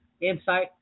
insight